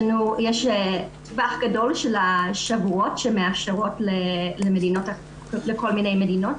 יש טווח גדול של שבועות שמאפשרות לכל מיני מדינות,